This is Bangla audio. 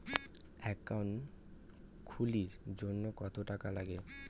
একাউন্ট খুলির জন্যে কত টাকা নাগে?